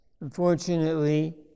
Unfortunately